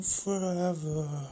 forever